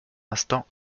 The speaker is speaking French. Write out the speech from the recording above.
instant